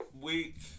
Week